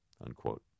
unquote